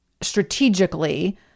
strategically